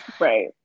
Right